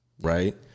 right